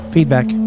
Feedback